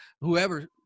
whoever